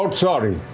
ah sorry.